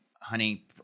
honey